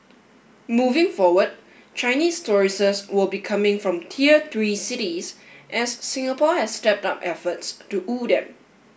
moving forward Chinese tourists will be coming from tier three cities as Singapore has stepped up efforts to woo them